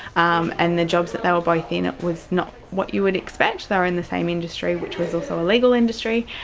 um and the jobs that they were both in, it was not what you would expect. they were in the same industry, which was also a legal industry,